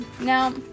Now